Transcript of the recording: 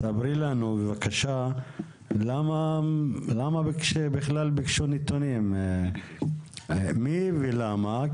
תספרי לנו בבקשה למה בכלל ביקשו נתונים, מי ולמה.